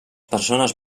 persones